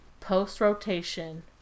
post-rotation